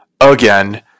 again